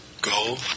Go